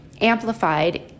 amplified